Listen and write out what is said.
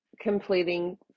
completing